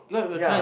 ya